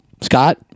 Scott